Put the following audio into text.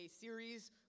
series